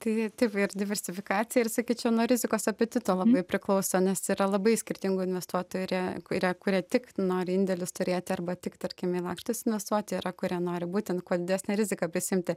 tai taip ir diversifikacija ir sakyčiau nuo rizikos apetito labai priklauso nes yra labai skirtingų investuotojų ir jie yra kurie tik nori indėlius turėti arba tik tarkim į lakštus investuoti yra kurie nori būtent kuo didesnę riziką prisiimti